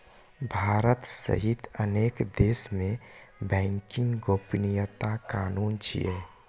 भारत सहित अनेक देश मे बैंकिंग गोपनीयता कानून छै